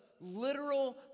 literal